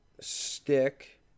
stick